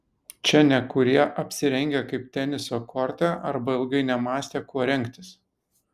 čia nekurie apsirengę kaip teniso korte arba ilgai nemąstė kuo rengtis